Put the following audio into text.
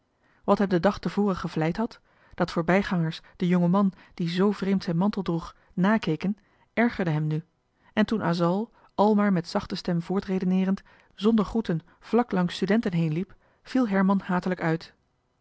hem den dag te voren gevleid had dat voorbij gangers den jongen man die zoo vreemd zijn mantel droeg nakeken ergerde hem nu en toen asal al maar met zachte stem voortredeneerend zonder groeten vlak langs studenten heen liep viel herman hatelijk uit